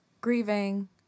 grieving